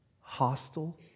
hostile